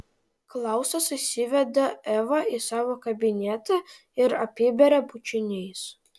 klausas įsiveda evą į savo kabinetą ir apiberia bučiniais